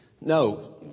No